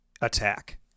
Attack